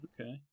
okay